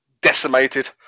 decimated